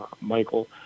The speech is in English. Michael